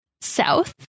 south